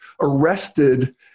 arrested